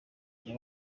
rya